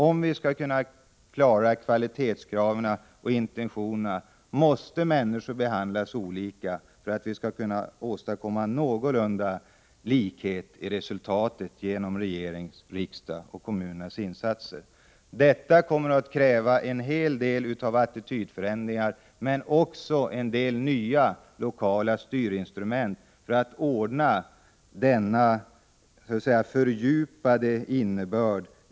Om vi skall kunna tillmötesgå kvalitetskrav och skilda behov måste människor behandlas olika, så att vi åstadkommer någorlunda likhet i fråga om resultatet av de av regering, riksdag och kommuner beslutade insatserna. Detta kommer att kräva en hel del av attitydförändringar, men också en hel del nya, lokala styrinstrument för att ge likställighetsmålet denna fördjupade innebörd.